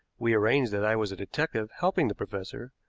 we arranged that i was a detective helping the professor,